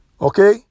Okay